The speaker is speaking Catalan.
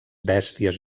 bèsties